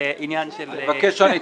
זה עניין של יש תוכנית --- מה?